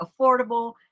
affordable